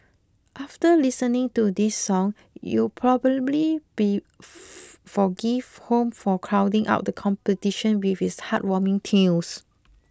after listening to this song you probably be forgive Home for crowding out the competition with its heartwarming tunes